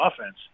offense